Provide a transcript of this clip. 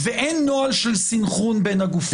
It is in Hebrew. ואין נוהל של סנכרון בין הגופים.